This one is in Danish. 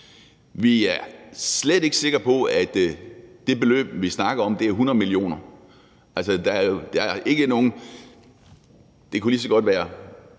Vi er slet ikke sikre på, at det beløb, vi snakker om, skal være 100 mio. kr. Det kunne lige så godt være